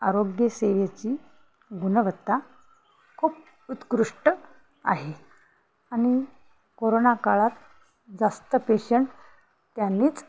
आरोग्यसेवेची गुणवत्ता खूप उत्कृष्ट आहे आणि कोरोना काळात जास्त पेशंट त्यांनीच